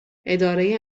اداره